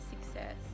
success